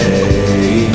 Hey